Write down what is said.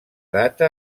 data